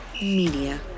Media